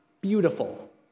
beautiful